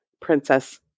Princess